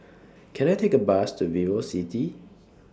Can I Take A Bus to Vivocity